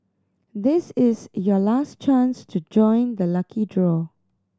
this is your last chance to join the lucky draw